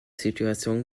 situation